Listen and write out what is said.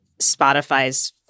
Spotify's